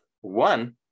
One